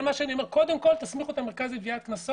כן, בדיון הבא.